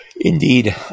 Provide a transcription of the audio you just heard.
indeed